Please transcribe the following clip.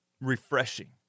Refreshing